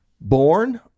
born